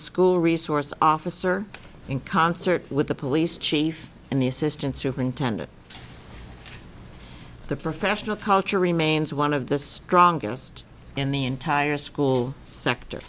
school resource officer in concert with the police chief and the assistant superintendent the professional culture remains one of the strongest in the entire school sector